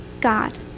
God